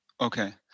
Okay